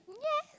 yes